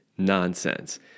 Nonsense